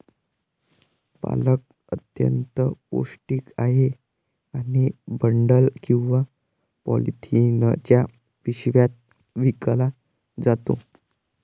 पालक अत्यंत पौष्टिक आहे आणि बंडल किंवा पॉलिथिनच्या पिशव्यात विकला जातो